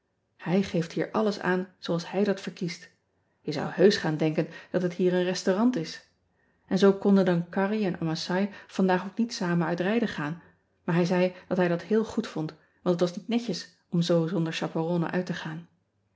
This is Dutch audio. ij geeft hier alles aan zooals hij dat verkiest e zou heusch gaan denken dat t hier een restaurant is n zoo konden dan arrie en masai vandaag ook niet samen uit rijden gaan maar hij zei dat hij dat heel goed vond want het was niet netjes om zoo zonder chaperonne uit te gaan